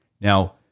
Now